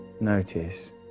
Notice